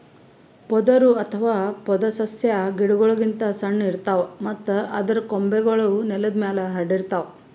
ಪೊದರು ಅಥವಾ ಪೊದೆಸಸ್ಯಾ ಗಿಡಗೋಳ್ ಗಿಂತ್ ಸಣ್ಣು ಇರ್ತವ್ ಮತ್ತ್ ಅದರ್ ಕೊಂಬೆಗೂಳ್ ನೆಲದ್ ಮ್ಯಾಲ್ ಹರ್ಡಿರ್ತವ್